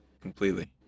Completely